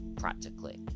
practically